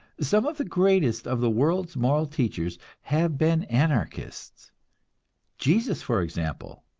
some of the greatest of the world's moral teachers have been anarchists jesus, for example,